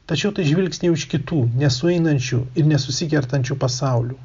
tačiau tai žvilgsniai iš kitų nesueinančių ir nesusikertančių pasaulių